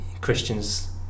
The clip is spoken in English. Christians